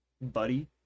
buddy